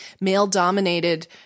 male-dominated